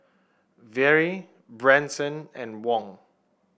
Vere Branson and Wong